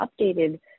updated